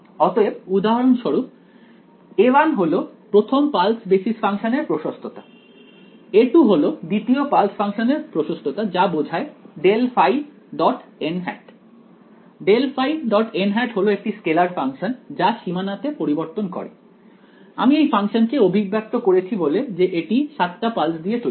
অতএব উদাহরণস্বরূপ a1 হল প্রথম পালস বেসিস ফাংশনের প্রশস্ততা a2 হলো দ্বিতীয় পালস ফাংশনের প্রশস্ততা যা বোঝায় ∇ϕ ∇ϕ হল একটি স্কেলার ফাংশন যা সীমানাতে পরিবর্তন করে আমি এই ফাংশন কে অভিব্যক্ত করছি বলে যে এটি 7 টা পালস দিয়ে তৈরি